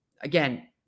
Again